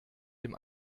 dem